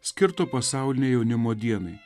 skirto pasaulinei jaunimo dienai